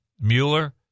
Mueller